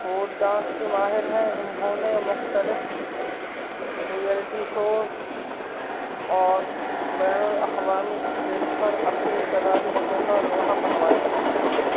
would dance کی ماہر ہیں انہوں نے مختلف ریئلٹی شوز اور بین الاقوامی اسٹیج پر اپنی صلاحیتوں کا لوہا منوایا ہے